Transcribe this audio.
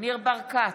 ניר ברקת,